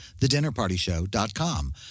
thedinnerpartyshow.com